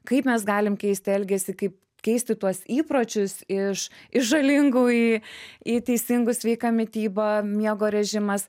kaip mes galim keist elgesį kaip keisti tuos įpročius iš iš žalingų į į teisingus sveika mityba miego režimas